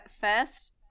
first